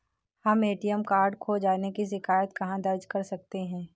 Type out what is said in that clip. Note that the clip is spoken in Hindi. हम ए.टी.एम कार्ड खो जाने की शिकायत कहाँ दर्ज कर सकते हैं?